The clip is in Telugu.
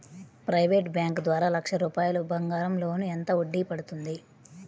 ప్రైవేట్ బ్యాంకు ద్వారా లక్ష రూపాయలు బంగారం లోన్ ఎంత వడ్డీ పడుతుంది?